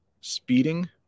speeding